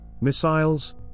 Missiles